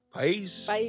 Peace